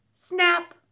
snap